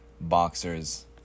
boxers